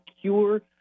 cure